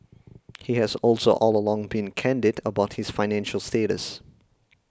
he has also all along been candid about his financial status